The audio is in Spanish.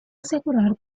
asegurar